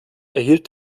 erhielt